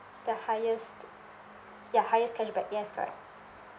the highest ya highest cashback yes correct